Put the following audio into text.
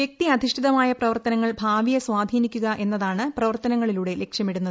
വ്യക്തി അധിഷ്ഠിതമായ പ്രവർത്തനങ്ങൾ ഭാവിയെ സ്വാധീനിക്കുക എന്നതാണ് പ്രവർത്തനങ്ങളിലൂടെ ലക്ഷ്യമിടുന്നത്